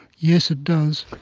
yes, it does.